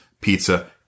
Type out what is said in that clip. pizza